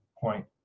point